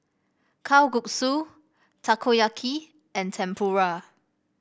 Kalguksu Takoyaki and Tempura